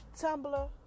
Tumblr